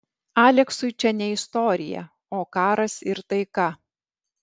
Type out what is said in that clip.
aleksui čia ne istorija o karas ir taika